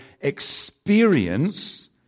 experience